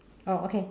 oh okay